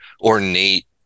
ornate